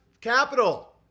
capital